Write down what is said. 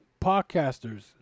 Podcasters